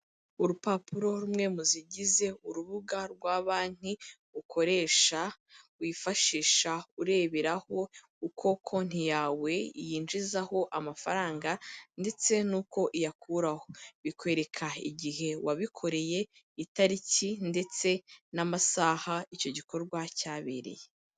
Urupapuro rumwe mu zigize urubuga rwa banki ukoresha wifashisha ureberaho uko konti yawe yinjizaho amafaranga ndetse n'uko uyakuraho, bikwereka igihe wabikoreye, itariki ndetse n'amasaha icyo gikorwa cyabereye.